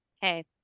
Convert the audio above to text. Hey